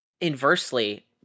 inversely